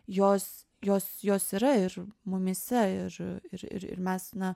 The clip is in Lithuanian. jos jos jos yra ir mumyse ir ir ir mes na